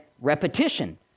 repetition